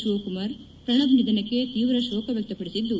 ಶಿವಕುಮಾರ್ ಪ್ರಣಬ್ ನಿಧನಕ್ಕೆ ತೀವ್ರ ಶೋಕ ವ್ಯಕ್ತಪಡಿಸಿದ್ದು